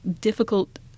difficult